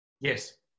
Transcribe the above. Yes